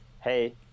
Hey